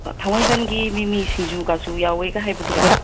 ꯑ ꯊꯥꯡꯃꯩꯕꯟꯒꯤ ꯃꯤꯃꯤ ꯁꯤꯡꯖꯨꯀꯥꯁꯨ ꯌꯥꯎꯋꯦꯀ ꯍꯥꯏꯕꯗꯨꯔꯣ